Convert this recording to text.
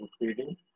reading